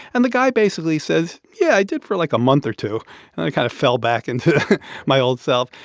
and the guy basically says, yeah, i did for, like, a month or two, then i kind of fell back into my old self.